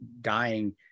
dying